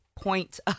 point